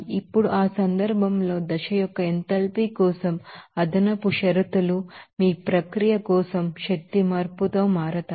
ఇప్పుడు ఆ సందర్భంలో దశ యొక్క ఎంథాల్పీ కోసం అదనపు షరతులు మీ ప్రక్రియ కోసం శక్తి మార్పుతో మారతాయి